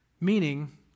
Meaning